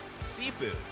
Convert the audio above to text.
seafood